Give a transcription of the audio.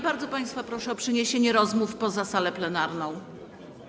Bardzo państwa proszę o przeniesienie rozmów poza salę plenarną.